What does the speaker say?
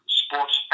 sports